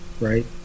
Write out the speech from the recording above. right